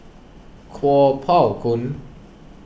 Kuo Pao Kun